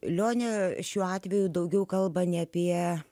lionė šiuo atveju daugiau kalba ne apie